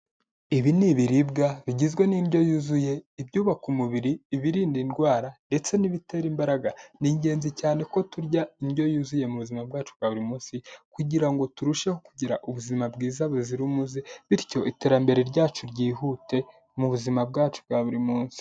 Ibi ni ibiribwa bigizwe n'indyo yuzuye, ibyubaka umubiri, ibirinda indwara ndetse n'ibitera imbaraga. Ni ingenzi cyane ko turya indyo yuzuye mu buzima bwacu bwa buri munsi kugira ngo turusheho kugira ubuzima bwiza buzira umuze, bityo iterambere ryacu ryihute mu buzima bwacu bwa buri munsi.